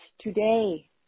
today